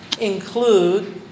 include